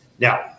Now